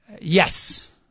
Yes